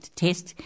test